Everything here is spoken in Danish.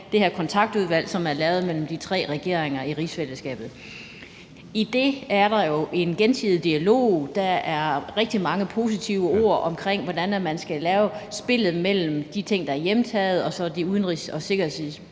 det her Kontaktudvalg, som er lavet mellem de tre regeringer i rigsfællesskabet, og i det er der jo en gensidig dialog, der er rigtig mange positive ord om, hvordan spillet skal være mellem de ting, der er hjemtaget, og så de udenrigs- og sikkerhedspolitiske